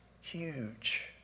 huge